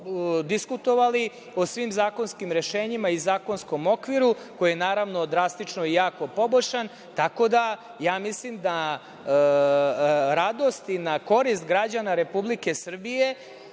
diskutovali o svim zakonskim rešenjima i zakonskom okviru koji je, naravno, drastično i jako poboljšan, tako da mislim da na radost i korist građana Republike Srbije